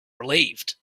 relieved